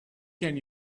can